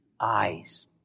eyes